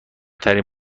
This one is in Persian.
ترین